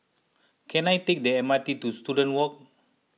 can I take the M R T to Student Walk